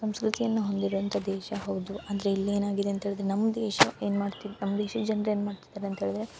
ಸಂಸ್ಕೃತಿಯನ್ನ ಹೊಂದಿರುವಂಥ ದೇಶ ಹೌದು ಅಂದರೆ ಇಲ್ಲಿ ಏನಾಗಿದೆ ಅಂತೇಳಿದರೆ ನಮ್ಮ ದೇಶ ಏನು ಮಾಡ್ತಿದ್ ನಮ್ಮ ದೇಶದ ಜನ್ರು ಏನು ಮಾಡ್ತಿದ್ದಾರೆ ಅಂತೇಳಿದರೆ